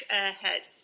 airhead